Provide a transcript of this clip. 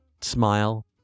smile